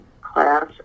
class